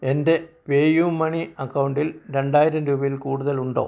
എൻ്റെ പേയുമണി അക്കൗണ്ടിൽ രണ്ടായിരം രൂപയിൽ കൂടുതൽ ഉണ്ടോ